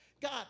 God